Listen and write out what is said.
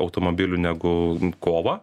automobilių negu kovą